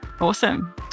Awesome